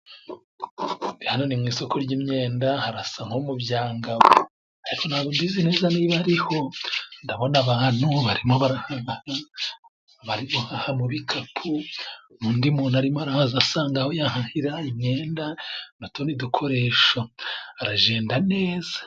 Hano ni mu isoko ry'imyenda， harasa nko mu Byangabo. Ariko ntabwo mbizi neza niba ariho， ndabona abantu barimo bahanura ibikapu，n’undi muntu arimo aza asanga aho yahahira imyenda n’utundi dukoresho，aragenda neza.